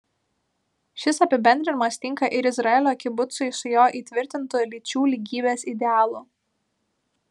šis apibendrinimas tinka ir izraelio kibucui su jo įtvirtintu lyčių lygybės idealu